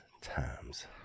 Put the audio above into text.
times